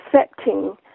accepting